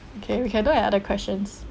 okay we can look at other questions